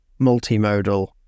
multimodal